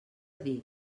dir